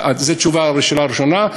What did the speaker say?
זאת תשובה על השאלה הראשונה.